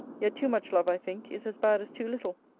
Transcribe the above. yet too much love, i think, is as bad as too little.